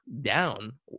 down